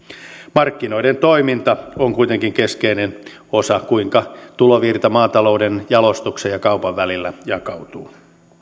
markkinoiden toiminta on kuitenkin keskeinen osa siinä kuinka tulovirta maatalouden jalostuksen ja kaupan välillä jakautuu